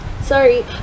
sorry